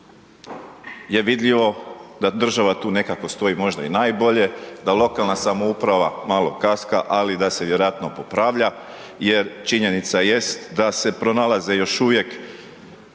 je vidljivo da država tu nekako stoji možda i najbolje, da lokalna samouprava malo kaska ali da se vjerojatno popravlja jer činjenica jest da se pronalaze još uvijek